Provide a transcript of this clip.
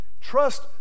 Trust